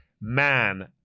Man